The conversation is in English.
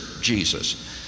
Jesus